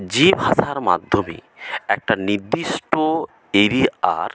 যে ভাষার মাধ্যমে একটা নির্দিষ্ট এরিয়ার